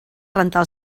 rentar